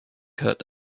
cut